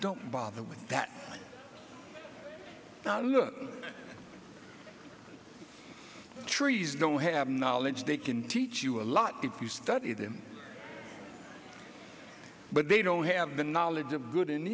don't bother with that now look trees don't have knowledge they can teach you a lot if you study them but they don't have the knowledge of good and